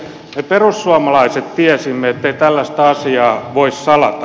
me perussuomalaiset tiesimme ettei tällaista asiaa voi salata